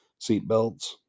seatbelts